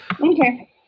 Okay